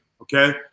Okay